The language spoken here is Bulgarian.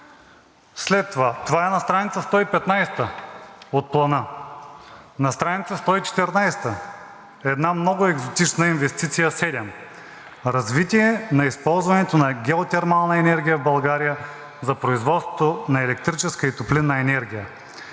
си. Това е на страница 115 от Плана. На страница 114 е една много екзотична инвестиция 7: „Развитие на използването на геотермална енергия в България за производството на електрическа и топлинна енергия“.